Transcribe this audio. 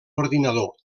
ordinador